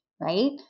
right